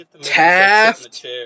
Taft